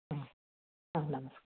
ಹಾಂ ಹಾಂ ನಮಸ್ತೆ